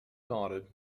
nodded